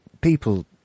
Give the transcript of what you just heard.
people